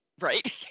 Right